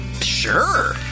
Sure